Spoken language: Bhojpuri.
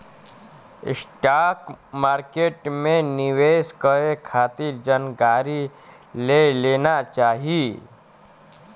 स्टॉक मार्केट में निवेश करे खातिर जानकारी ले लेना चाही